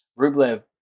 Rublev